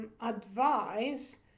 advice